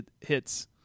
hits